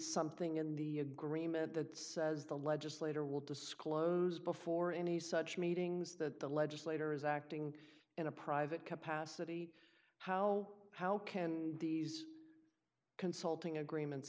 something in the agreement that says the legislator will disclose before any such meetings that the legislator is acting in a private capacity how how can these consulting agreements